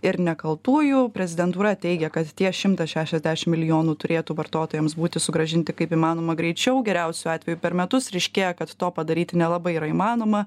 ir nekaltųjų prezidentūra teigia kad tie šimtas šešiadešim milijonų turėtų vartotojams būti sugrąžinti kaip įmanoma greičiau geriausiu atveju per metus ryškėja kad to padaryti nelabai yra įmanoma